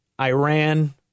Iran